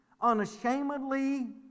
unashamedly